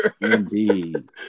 Indeed